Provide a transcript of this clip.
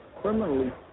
criminally